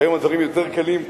היום הדברים יותר קלים,